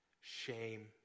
shame